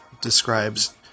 describes